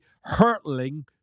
hurtling